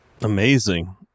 Amazing